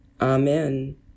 Amen